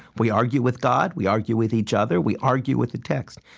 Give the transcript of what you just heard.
we argue with god. we argue with each other. we argue with the text.